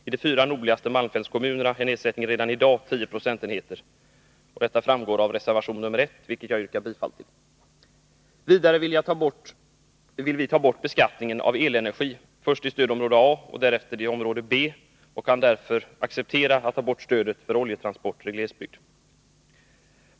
I de fyra nordligaste malmfältskommunerna är nedsättningen redan i dag 10 procentenheter. Detta framgår av reservation nr 1, vilken jag yrkar bifall till. Vidare vill vi ta bort beskattningen av elenergi, först i stödområde A och därefter i område B, och vi kan därför acceptera att stödet för oljetransporter i glesbygd tas bort.